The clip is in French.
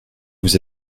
vous